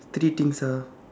three things ah